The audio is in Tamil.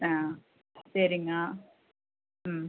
ஆ சரிங்க ம்